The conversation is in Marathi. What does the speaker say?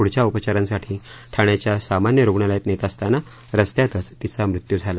पुढच्या उपचारांसाठी ठाण्याच्या सामान्य रुग्णालयात नेत असताना रस्त्यातचं तिचा मृत्यू झाला